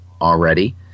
already